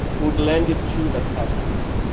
would lend it to the costumers.